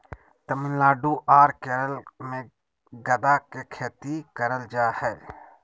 तमिलनाडु आर केरल मे गदा के खेती करल जा हय